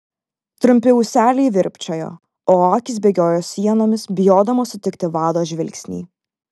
trumpi ūseliai virpčiojo o akys bėgiojo sienomis bijodamos sutikti vado žvilgsnį